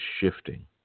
shifting